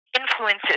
influences